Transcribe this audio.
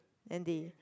and they